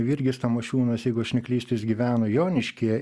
virgis tamošiūnas jeigu aš neklystu jis gyveno joniškyje